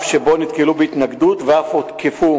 אף שנתקלו בהתנגדות ואף הותקפו